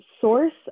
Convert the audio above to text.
source